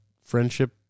friendship